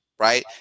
Right